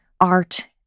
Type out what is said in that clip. art